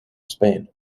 spain